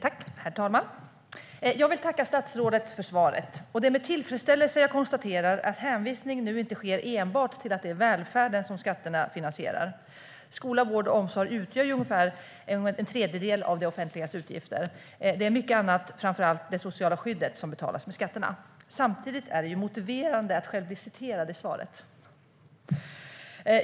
Herr talman! Jag vill tacka statsrådet för svaret. Det är med tillfredsställelse jag konstaterar att hänvisning nu inte sker enbart till att det är välfärden som skatterna finansierar. Skola, vård och omsorg utgör ungefär en tredjedel av det offentligas utgifter, och det är bland mycket annat framför allt det sociala skyddet som betalas med skatterna. Samtidigt är det motiverande att själv bli citerad i svaret.